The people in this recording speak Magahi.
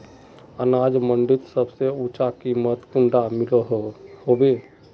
अनाज मंडीत सबसे ऊँचा कीमत कुंडा मिलोहो होबे?